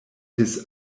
his